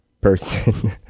person